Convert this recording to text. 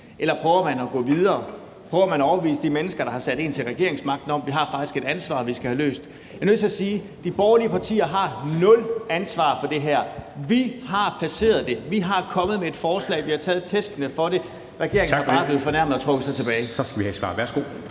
Eller prøver man at gå videre? Prøver man at overbevise de mennesker, der har sat en til regeringsmagten, om, at vi faktisk har et ansvar, vi skal have løst? Jeg er nødt til at sige: De borgerlige partier har nul ansvar for det her. Vi har placeret det. Vi er kommet med et forslag. Vi har taget tæskene for det. Regeringen er bare blevet fornærmet og har trukket sig tilbage. Kl. 10:11 Formanden